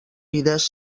vides